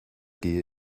gehe